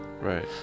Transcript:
Right